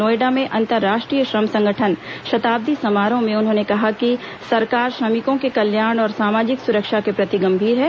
नोएडा में अंतर्राष्ट्रीय श्रम संगठन शताब्दी समारोह में उन्होंने कहा कि सरकार श्रमिकों के कल्याण और सामाजिक सुरक्षा के प्रति गंभीर है